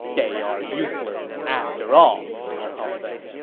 they are useless after all, cao cao said.